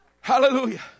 Hallelujah